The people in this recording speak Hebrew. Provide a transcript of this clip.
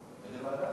איזה ועדה?